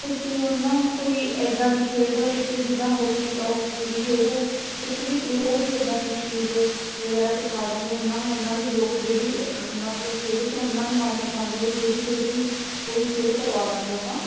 ਤੁਸੀਂ ਉਹਨਾਂ ਨੂੰ ਕੋਈ ਇੱਦਾਂ ਦੀ ਖੇਡ ਵਿੱਚ ਜਿੱਦਾਂ ਹੋਕੀ ਹੋਕੀ ਦੀ ਖੇਡ ਕੁਛ ਵੀ ਪਲੇਅਰ ਦੀ ਇੱਦਾਂ ਦੀ ਚੀਜ਼ ਵਗੈਰਾ ਸਿਖਾ ਦਾਂਗੇ ਉਹਨਾਂ ਨੂੰ ਉਹਨਾਂ ਦੇ ਯੋਗ ਜਿਹੜੀ ਮਤਲਬ ਖੇਡ 'ਚ ਉਹਨਾਂ ਨੂੰ ਮਨਪਸੰਦ ਹੋਊ ਜਿਹੜੀ ਖੇਡ ਵੀ ਉਹੀ ਖੇਡ ਕਰਵਾ ਦਾਂਗੇ ਆਪਾਂ